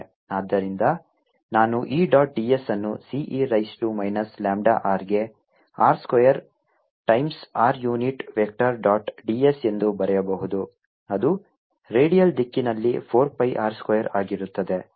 ಆದ್ದರಿಂದ ನಾನು E dot d s ಅನ್ನು C e raise to minus lambda r ಗೆ r square times r unit vector dot d s ಎಂದು ಬರೆಯಬಹುದು ಅದು ರೇಡಿಯಲ್ ದಿಕ್ಕಿನಲ್ಲಿ 4 pi r ಸ್ಕ್ವೇರ್ ಆಗಿರುತ್ತದೆ